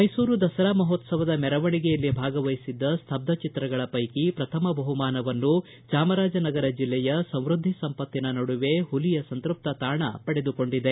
ಮೈಸೂರು ದಸರಾ ಮಹೋತ್ತವದ ಮೆರವಣಿಗೆಯಲ್ಲಿ ಭಾಗವಹಿಸಿದ್ದ ಸ್ತಬ್ಧ ಚಿತ್ರಗಳ ಪೈಕಿ ಪ್ರಥಮ ಬಹುಮಾನವನ್ನು ಚಾಮರಾಜನಗರ ಜಿಲ್ಲೆಯ ಸಂವೃದ್ಧಿ ಸಂಪತ್ತಿನ ನಡುವೆ ಹುಲಿಯ ಸಂತೃಪ್ತ ತಾಣ ಪಡೆದುಕೊಂಡಿದೆ